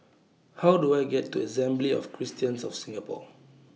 How Do I get to Assembly of Christians of Singapore